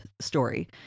story